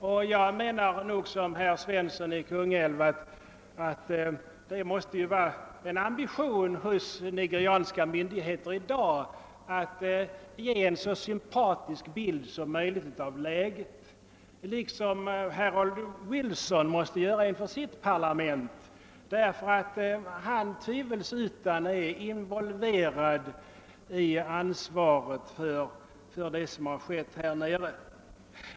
I likhet med herr Svensson i Kungälv menar jag att det måste vara en ambition hos nigerianska myndigheter att i dag ge en så sympatisk bild som möjligt av läget, liksom Harold Wilson måste göra det inför sitt parlament, därför att han utan tvivel är involverad i ansvaret för det som skett där nere.